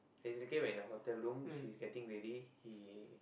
basically when in the hotel room she is getting ready he